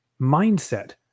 mindset